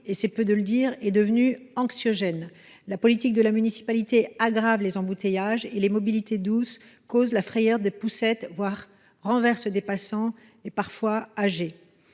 – c’est peu de le dire – est devenu anxiogène. La politique de la municipalité aggrave les embouteillages et les mobilités douces causent la frayeur des poussettes, quand elles ne renversent pas des passants, qui sont parfois des